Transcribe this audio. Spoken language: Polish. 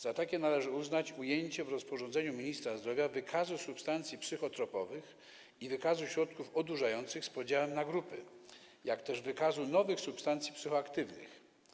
Za takie należy uznać ujęcie w rozporządzeniu ministra zdrowia wykazu substancji psychotropowych i wykazu środków odurzających z uwzględnieniem podziału na grupy, jak też wykazu nowych substancji psychoaktywnych.